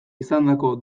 izandako